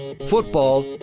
Football